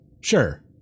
Sure